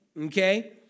okay